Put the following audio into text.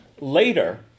Later